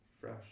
fresh